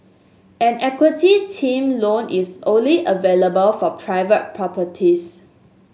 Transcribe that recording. an equity term loan is only available for private properties